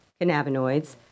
cannabinoids